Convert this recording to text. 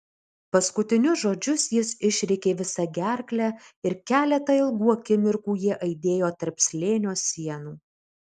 paskutinius žodžius jis išrėkė visa gerkle ir keletą ilgų akimirkų jie aidėjo tarp slėnio sienų